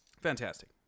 Fantastic